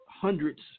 hundreds